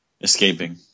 Escaping